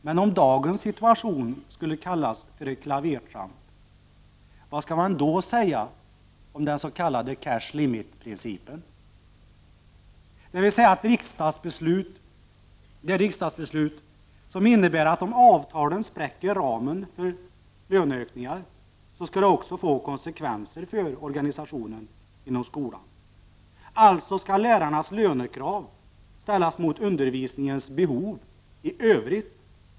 Men om dagens situation skulle kallas för ett klavertramp, vad skall man då säga om den s.k. cash limit-principen, dvs. ett riksdagsbeslut som innebär att om avtalen spräcker ramen för löneökningar, skall det också få konsekvenser för organisationen inom skolan? Alltså skall lärarnas lönekrav ställas mot undervisningens behov i övrigt.